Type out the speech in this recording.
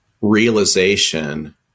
realization